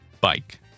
bike